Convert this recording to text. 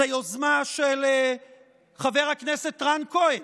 זו יוזמה של חבר הכנסת רן כהן